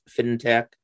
fintech